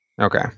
Okay